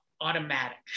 Automatic